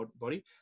body